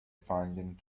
finding